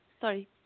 Sorry